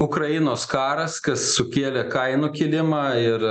ukrainos karas kas sukėlė kainų kilimą ir